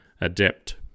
adept